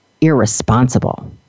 irresponsible